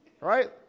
Right